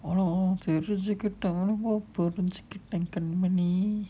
ஆனாபேசுறதுக்கு:aana pesurathuku time கண்மணி:kanmani